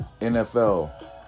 NFL